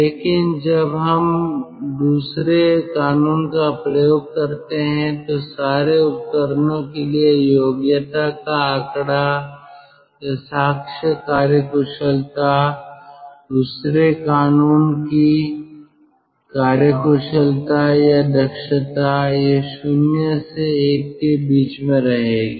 लेकिन जब हम दूसरे कानून का प्रयोग करते हैं तो सारे उपकरणों के लिए योग्यता का आंकड़ा या साक्ष्य कार्यकुशलता दूसरे कानून की कार्यकुशलता या दक्षता यह 0 से 1 के बीच में रहेगी